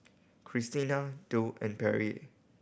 Christina Dow and Pierre